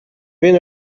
been